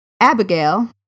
Abigail